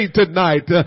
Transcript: tonight